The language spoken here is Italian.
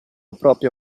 proprio